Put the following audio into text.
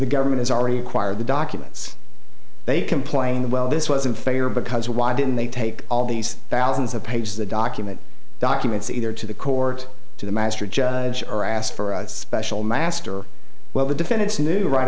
the government has already acquired the documents they complain that well this wasn't fair because why didn't they take all these thousands of pages the document documents either to the court to the magistrate judge or asked for a special master well the defendants knew right